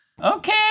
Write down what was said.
okay